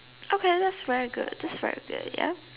okay thats very good thats very good ya